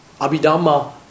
Abhidhamma